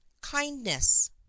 kindness